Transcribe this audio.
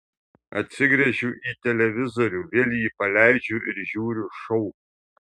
atsigręžiu į televizorių vėl jį paleidžiu ir žiūriu šou